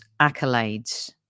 accolades